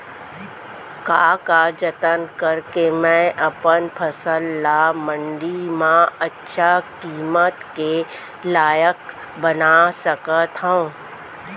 का का जतन करके मैं अपन फसल ला मण्डी मा अच्छा किम्मत के लाइक बना सकत हव?